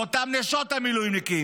לאותן נשות מילואימניקים,